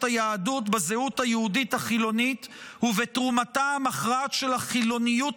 היהדות בזהות היהודית החילונית ובתרומתה המכרעת של החילוניות